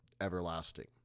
everlasting